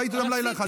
ראיתי אותם לילה אחד,